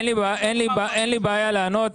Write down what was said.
אין לי בעיה לענות.